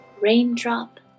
Raindrop